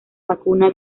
vacuna